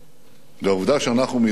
והעובדה שאנחנו מדי שנה